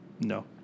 No